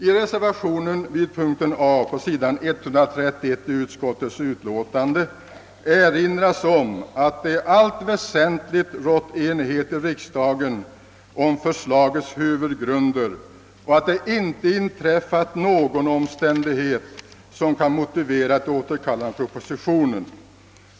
I reservationen vid punkt A i utskottets hemställan, s. 131 i utskottets utlåtande, erinras om att det i allt väsentligt rått enighet i riksdagen om förslagets huvudgrunder och att det inte inträffat något som motiverat ett återkallande av propositionen.